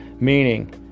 Meaning